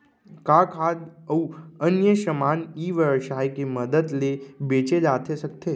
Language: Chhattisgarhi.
का खाद्य अऊ अन्य समान ई व्यवसाय के मदद ले बेचे जाथे सकथे?